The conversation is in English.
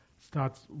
starts